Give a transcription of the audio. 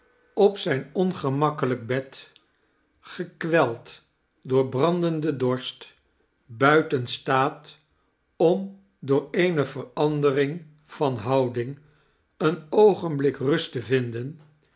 op zijn ongemakkelijk bed gekweld door brandenden dorst buiten staat om door eene verandering van houding een oogenblik rust te vinden